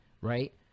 right